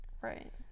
right